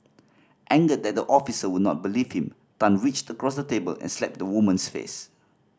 angered that the officer would not believe him Tan reached across the table and slapped the woman's face